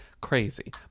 crazy